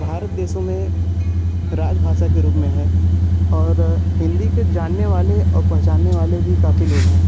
भारत देशों में राज भाषा के रूप में है और हिन्दी के जानने वाले और पहचानने वाले भी काफ़ी लोग हैं